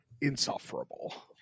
insufferable